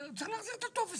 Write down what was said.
צריך להחזיר את הטופס.